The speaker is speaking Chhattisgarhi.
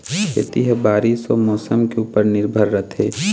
खेती ह बारीस अऊ मौसम के ऊपर निर्भर रथे